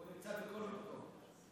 הוא נמצא בכל מקום.